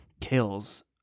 kills